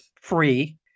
free